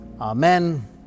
Amen